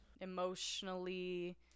Emotionally